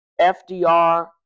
FDR